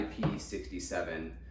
IP67